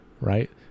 right